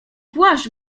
płaszcz